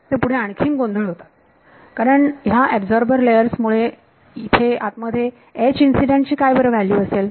ते पुढे आणखीन गोंधळ होतात कारण ह्या एबझॉर्बर लेयर्स मुळे येथे आत मध्ये H इन्सिडेंट ची काय व्हॅल्यू असेल